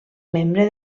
membre